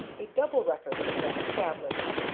a double record had been established,